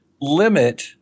limit